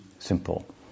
Simple